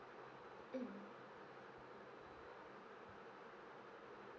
mm